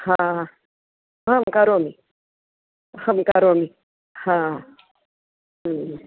आं करोमि अहं करोमि